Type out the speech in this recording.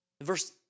Verse